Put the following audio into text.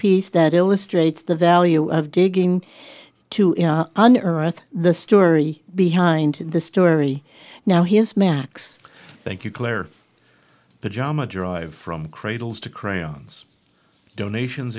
piece that illustrates the value of digging to unearth the story behind the story now his max thank you clare pajama drive from cradles to crayons donations